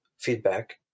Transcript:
feedback